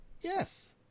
Yes